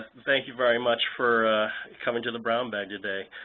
thank you very much for coming to the brown bag today.